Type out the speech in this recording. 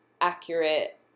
accurate